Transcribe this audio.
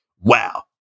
wow